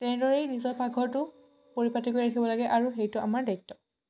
তেনেদৰেই নিজৰ পাকঘৰটো পৰিপাটিকৈ ৰাখিব লাগে আৰু সেইটো আমাৰ দায়িত্ব